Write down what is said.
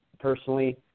personally